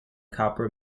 copper